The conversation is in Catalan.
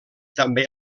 també